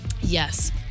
Yes